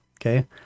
okay